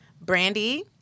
Brandy